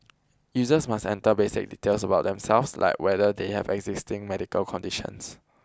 users must enter basic details about themselves like whether they have existing medical conditions